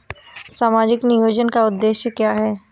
सामाजिक नियोजन का उद्देश्य क्या है?